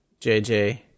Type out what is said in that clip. JJ